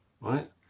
right